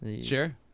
Sure